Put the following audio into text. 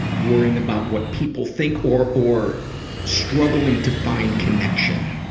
worrying about what people think or or struggling to find connection.